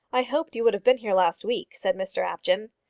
i hoped you would have been here last week, said mr apjohn.